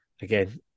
again